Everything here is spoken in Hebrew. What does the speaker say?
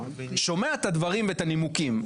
שומע את הדברים והנימוקים,